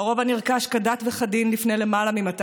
הרובע נרכש כדת וכדין לפני למעלה מ-200